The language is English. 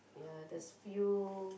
ya there's few